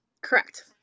Correct